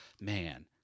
man